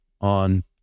on